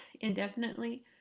indefinitely